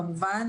כמובן.